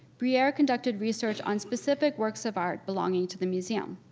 briere conducted research on specific works of art belonging to the museum.